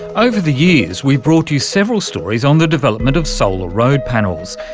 over the years we've brought you several stories on the development of solar road panels,